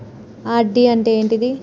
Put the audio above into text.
RD అంటే ఏంటిది?